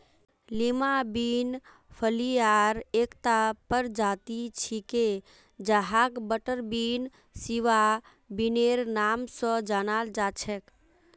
Lima bean फलियार एकता प्रजाति छिके जहाक बटरबीन, सिवा बिनेर नाम स जानाल जा छेक